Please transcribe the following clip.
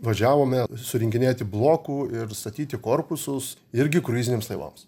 važiavome surinkinėti blokų ir statyti korpusus irgi kruiziniams laivams